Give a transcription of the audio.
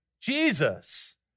Jesus